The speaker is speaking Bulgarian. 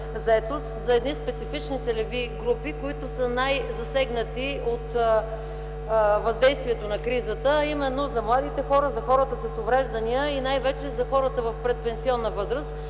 за едни специфични целеви групи, които са най-засегнати от въздействието на кризата, а именно за младите хора, за хората с увреждания и най-вече за хората в предпенсионна възраст.